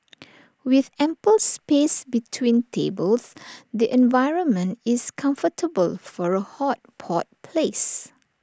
with ample space between tables the environment is comfortable for A hot pot place